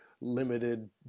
limited